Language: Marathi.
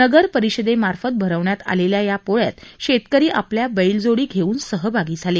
नगर परिषदेमार्फत भरविण्यात आलेल्या या पोळ्यात शेतकरी आपल्या बैलजोडी घेऊन सहभागी झाले